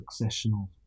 successional